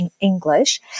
English